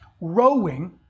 rowing